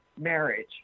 marriage